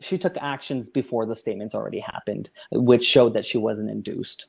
she took actions before the statements already happened which show that she wasn't induced